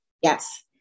Yes